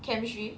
chemistry